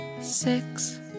six